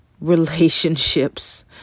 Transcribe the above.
relationships